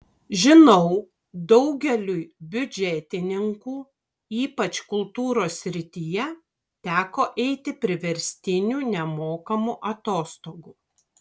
žinau daugeliui biudžetininkų ypač kultūros srityje teko eiti priverstinių nemokamų atostogų